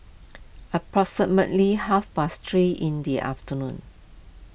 approximately half past three in the afternoon